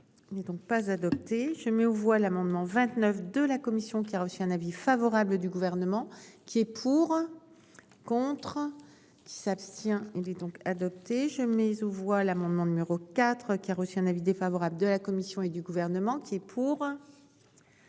Et donc pas adoptée, je mets aux voix l'amendement 29 de la commission qui a reçu un avis favorable du gouvernement. Qui est pour. Contre ça. Tiens et donc adopté je mise aux voix l'amendement numéro 4 qui a reçu un avis défavorable de la Commission et du gouvernement qui est. Pour.